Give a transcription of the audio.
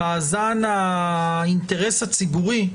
במאזן האינטרס הציבורי,